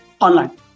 Online